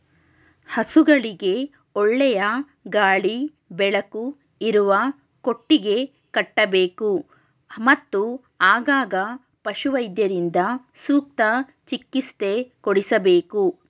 ಹಸುಗಳಿಗೆ ಒಳ್ಳೆಯ ಗಾಳಿ ಬೆಳಕು ಇರುವ ಕೊಟ್ಟಿಗೆ ಕಟ್ಟಬೇಕು, ಮತ್ತು ಆಗಾಗ ಪಶುವೈದ್ಯರಿಂದ ಸೂಕ್ತ ಚಿಕಿತ್ಸೆ ಕೊಡಿಸಬೇಕು